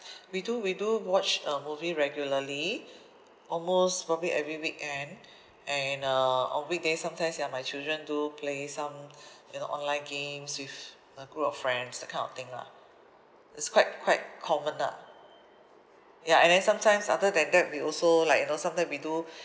we do we do we watch uh movie regularly almost probably every weekend and uh om weekdays sometimes ya my children do play some you know online games with a group of friends that kind of thing lah it's quite quite common lah ya and then sometimes other than that we also like you know sometimes we do